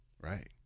Right